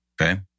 Okay